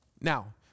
Now